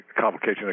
complication